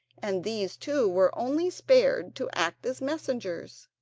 and these two were only spared to act as messengers.